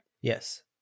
Yes